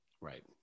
Right